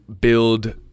build